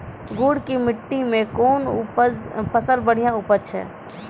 गुड़ की मिट्टी मैं कौन फसल बढ़िया उपज छ?